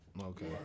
Okay